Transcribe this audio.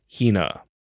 Hina